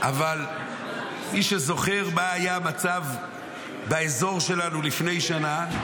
אבל מי שזוכר מה היה המצב באזור שלנו לפני שנה,